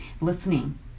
listening